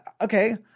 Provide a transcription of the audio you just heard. okay